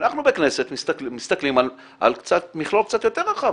אנחנו בכנסת מסתכלים על מכלול קצת יותר רחב.